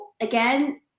again